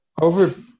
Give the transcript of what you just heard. over